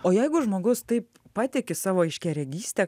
o jeigu žmogus taip patiki savo aiškiaregyste